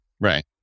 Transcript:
Right